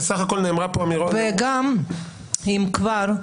ואם כבר,